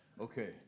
Okay